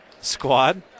squad